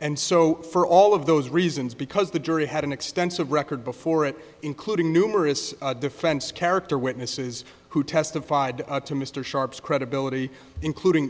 and so for all of those reasons because the jury had an extensive record before it including numerous defense character witnesses who testified to mr sharpe's credibility including